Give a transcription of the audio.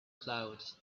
clouds